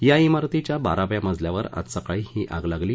या भिरतीच्या बाराव्या मजल्यावर आज सकाळी ही आग लागली